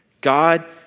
God